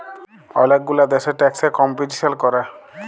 ওলেক গুলা দ্যাশে ট্যাক্স এ কম্পিটিশাল ক্যরে